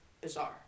bizarre